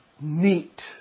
neat